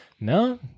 no